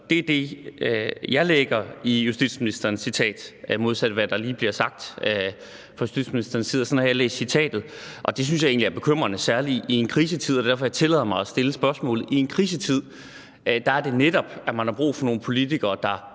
det er det, jeg lægger i justitsministerens citat, modsat, hvad der lige bliver sagt fra justitsministerens side – sådan har jeg læst citatet – synes jeg egentlig, det er bekymrende, særlig i en krisetid, og det er derfor, jeg tillader mig at stille spørgsmålet. I en krisetid er det netop, at man har brug for nogle politikere, der